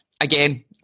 again